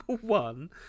one